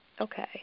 Okay